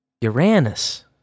Uranus